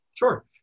Sure